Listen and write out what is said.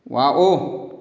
wow